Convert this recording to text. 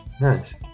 Nice